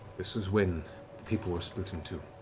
this is when the people were split in two.